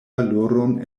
valoron